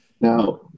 Now